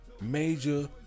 major